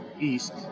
East